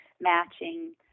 matching